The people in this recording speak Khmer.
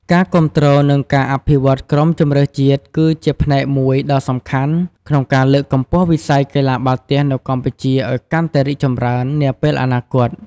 ការគាំទ្រ និងការអភិវឌ្ឍក្រុមជម្រើសជាតិគឺជាផ្នែកមួយដ៏សំខាន់ក្នុងការលើកកម្ពស់វិស័យកីឡាបាល់ទះនៅកម្ពុជាឱ្យកាន់តែរីកចម្រើននាពេលអនាគត។